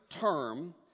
term